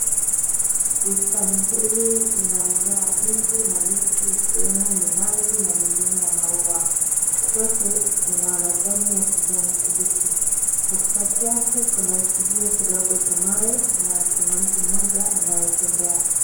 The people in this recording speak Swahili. Bustani hili lina mimea mingi na miti ikiwemo minazi na mengine ya maua zote zina majani ya kijani kibichi katikati yake kuna kijia kidogo cha mawe na kuna mtu moja anayetembea.